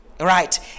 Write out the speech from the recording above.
Right